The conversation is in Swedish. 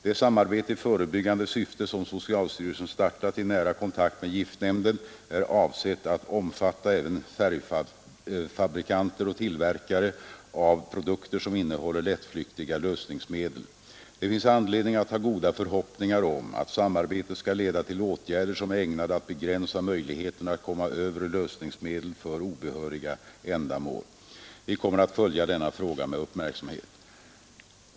Det samarbe te i ebyggande syfte som socialstyrelsen startat i nära kontakt med giftnämnden är avsett att omfatta även färgfabrikanter och tillverkare av produkter som innehåller lättflyktiga lösningsmedel. Det finns anledning att ha goda förhoppningar om att samarbetet skall leda till åtgärder som är ägnade att begränsa möjligheterna att komma över lösningsmedel för obehöriga ändamål. Vi kommer att följa denna fråga med uppmärksamhet.